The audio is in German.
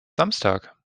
samstag